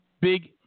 big